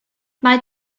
mae